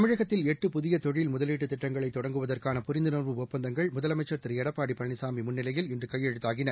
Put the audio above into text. தமிழகத்தில் எட்டு புதியதொழில் முதலீட்டுதிட்டங்களைதொடங்வதற்கான புரிந்துணர்வு ஒப்பந்தங்கள் திருஎடப்பாடிபழனிசாமிமுன்னிலையில் இன்றுகையெழுதாகின